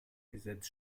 gesetz